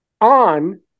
on